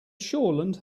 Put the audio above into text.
shoreland